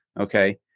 Okay